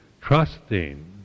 trusting